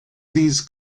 these